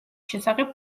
შესახებ